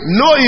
no